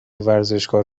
ورزشگاه